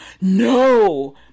No